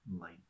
light